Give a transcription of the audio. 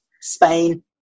Spain